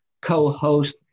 co-host